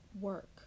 work